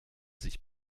sich